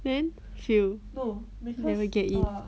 then fail never get in